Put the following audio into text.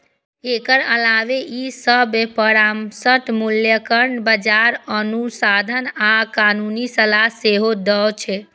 एकर अलावे ई सभ परामर्श, मूल्यांकन, बाजार अनुसंधान आ कानूनी सलाह सेहो दै छै